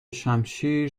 شمشیر